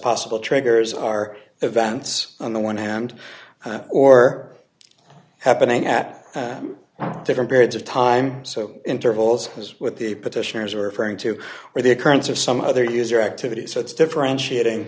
possible triggers are events on the one hand or happening at different periods of time so intervals as with the petitioners are referring to are the occurrence or some other user activity so it's differentiating